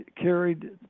carried